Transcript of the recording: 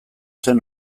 zen